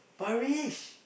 Parish